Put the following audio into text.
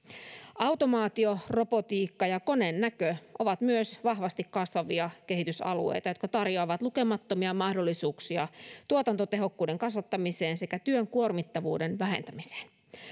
automaatio robotiikka ja konenäkö ovat myös vahvasti kasvavia kehitysalueita jotka tarjoavat lukemattomia mahdollisuuksia tuotantotehokkuuden kasvattamiseen sekä työn kuormittavuuden vähentämiseen